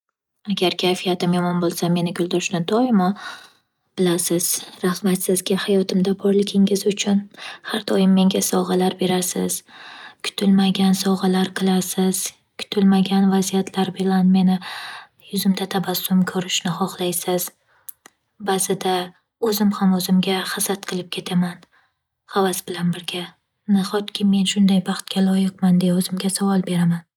Agar kayfiyatim yomon bo'lsa, meni kuldirishni yo'lini doimo bilasiz. Rahmat sizga hayotimda borligingiz uchun! Har doim menga sovg'alar berasiz, kutilmagan sovg'alar qilasiz, kutilmagan vaziyatlar bilan meni yuzimda tabassum ko'rishni xoxlaysiz. Ba'zida o'zim ham o'zimga hasad qilib ketaman havas bilan birga. Nahotki men shunday baxtga loyiqman deya o'zimga savol beraman.